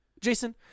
jason